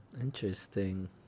interesting